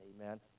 amen